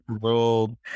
world